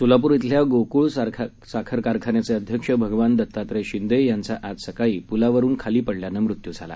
सोलापूर बिल्या गोकुळ साखर कराखान्याचे अध्यक्ष भगवान दत्तात्रय शिंदे यांचा आज सकाळी पुलावरून खाली पडल्यानं मृत्यू झाला